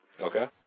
okay